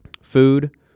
Food